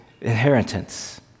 inheritance